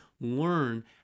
learn